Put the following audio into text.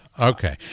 Okay